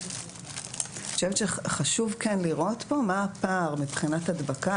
אני חושבת שחשוב כן לראות פה מה הפער מבחינת הדבקה,